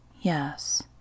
Yes